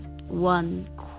One